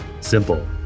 simple